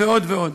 ועוד ועוד.